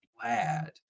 glad